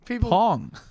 Pong